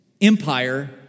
empire